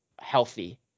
healthy